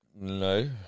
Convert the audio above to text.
No